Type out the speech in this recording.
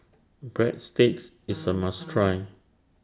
Breadsticks IS A must Try